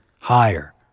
higher